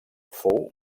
fou